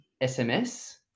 SMS